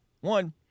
One